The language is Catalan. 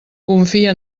confia